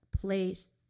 place